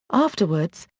afterwards,